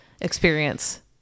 experience